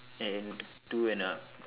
and two and a